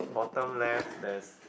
bottom left there's